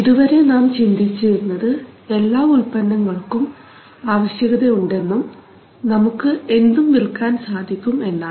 ഇതുവരെ നാം ചിന്തിച്ചിരുന്നത് എല്ലാ ഉൽപ്പന്നങ്ങൾക്കും ആവശ്യകത ഉണ്ടെ ന്നും നമുക്ക് എന്തും വിൽക്കാൻ സാധിക്കും എന്നാണ്